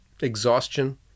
exhaustion